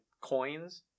coins